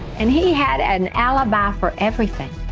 and he had an hour by for everything.